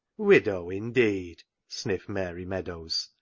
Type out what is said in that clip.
widow, indeed, sniffed mary meadows,